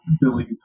Billy